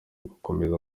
gukomeza